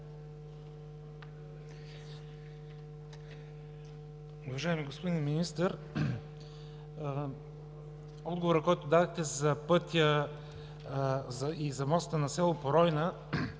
Уважаеми господин Министър! Отговорът, който дадохте за пътя и за моста на село Поройна